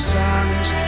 songs